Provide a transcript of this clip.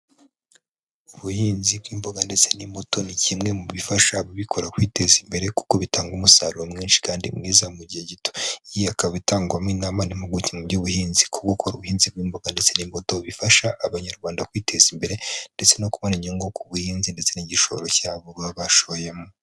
Ubuhinzi bw'imboga ndetse n'imbuto ni kimwe mu bifasha ababikora kwiteza imbere kuko bitanga umusaruro mwinshi kandi mwiza mu gihe gito. Iyi ikaba itangwamo inama n'impuguke mu by'ubuhinzi kuko ubuhinzi bw'imboga ndetse n'imbuto bifasha abanyarwanda kwiteza imbere ndetse no kubona inyungu ku buhinzi ndetse n'igishoro cyabo baba bashoyemo.